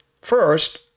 First